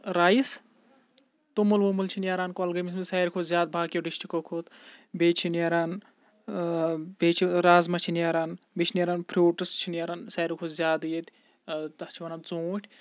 rice توٚمُل ووٚمُل چھِنہٕ نیران کۅلہٕ گٲمِس منٛز سارِوٕے کھۄتہٕ زیادٕ باقِیو ڈِسٹرکو کھۄتہٕ بیٚیہِ چھِ نیران بیٚیہِ چھِ رازما چھِ نِیران بیٚیہِ چھِ نیران فرٛوٗٹٔس چھِ نِیران سارِوٕے کھۄتہٕ زیادٕ ییٚتہِ تَتھ چھِ وَنان ژوٗنٹھۍ